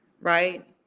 right